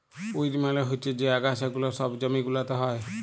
weed মালে হচ্যে যে আগাছা গুলা সব জমি গুলাতে হ্যয়